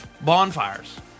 Bonfires